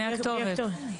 מי הכתובת?